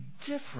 different